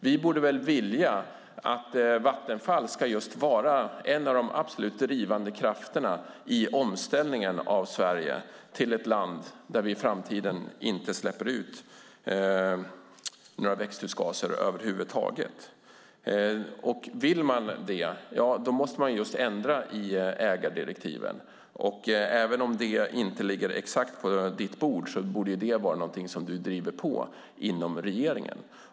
Vi borde väl vilja att Vattenfall ska vara en av de drivande krafterna i omställningen av Sverige till ett land där vi i framtiden inte släpper ut några växthusgaser över huvud taget. Om man vill det måste man ändra i ägardirektiven. Även om det inte ligger exakt på Anna-Karin Hatts bord borde det vara något som hon driver på i regeringen.